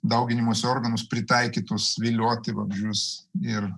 dauginimosi organus pritaikytus vilioti vabzdžius ir